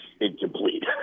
incomplete